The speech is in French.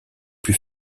plus